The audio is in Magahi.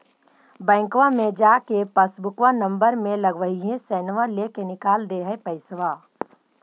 बैंकवा मे जा के पासबुकवा नम्बर मे लगवहिऐ सैनवा लेके निकाल दे है पैसवा?